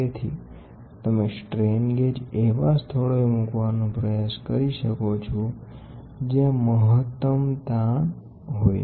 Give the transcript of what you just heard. તેથી તમે strain gauge એવા સ્થળોએ મૂકવાનો પ્રયાસ કરી શકો છો જ્યાં મહત્તમ સ્ટ્રેન હોય